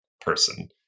person